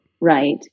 Right